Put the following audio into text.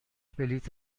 بلیط